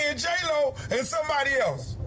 you know and somebody else.